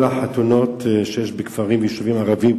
החתונות שיש בכפרים וביישובים ערביים,